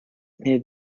near